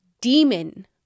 demon